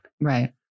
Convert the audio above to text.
Right